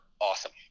awesome